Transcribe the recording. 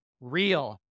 real